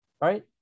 right